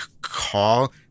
call